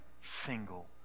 single